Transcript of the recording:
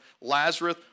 Lazarus